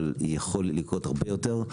אבל יכול לקרות הרבה יותר.